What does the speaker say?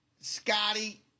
Scotty